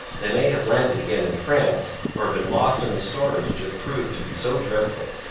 they may have landed again in france, or have been lost in the storms which have proved to be so dreadful